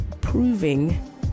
proving